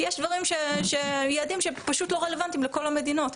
כי יש יעדים שפשוט לא רלוונטיים לכל המדינות.